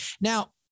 Now